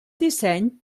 disseny